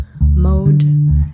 mode